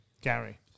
Gary